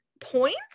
points